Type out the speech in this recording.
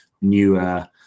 newer